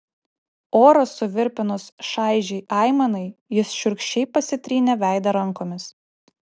orą suvirpinus šaižiai aimanai jis šiurkščiai pasitrynė veidą rankomis